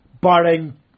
Barring